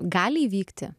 gali įvykti